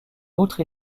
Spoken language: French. outre